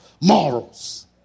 morals